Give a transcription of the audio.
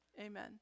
amen